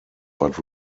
but